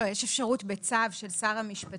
כלומר התבזבזו שנה וחצי מהוראת השעה.